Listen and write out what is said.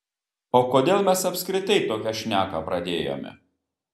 o kodėl mes apskritai tokią šneką pradėjome